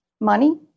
Money